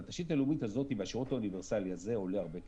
אבל התשתית הלאומית הזאת והשירות האוניברסלי הזה עולה הרבה כסף.